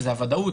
שזה הוודאות,